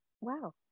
Wow